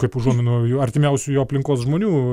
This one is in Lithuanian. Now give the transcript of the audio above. kaip užuominų jų artimiausių jo aplinkos žmonių